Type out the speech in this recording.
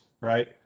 right